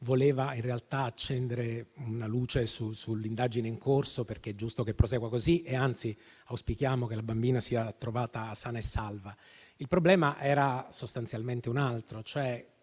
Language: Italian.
voleva in realtà accendere una luce sull'indagine in corso, perché è giusto che prosegua così e anzi auspichiamo che la bambina sia trovata sana e salva. Il problema era sostanzialmente un altro, cioè